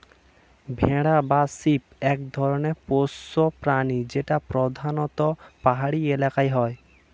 ভেড়া বা শিপ এক ধরনের পোষ্য প্রাণী যেটা প্রধানত পাহাড়ি এলাকায় হয়